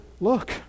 look